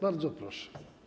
Bardzo proszę.